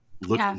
look